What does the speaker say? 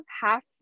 half